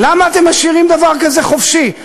למה אתם משאירים דבר כזה חופשי?